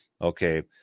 Okay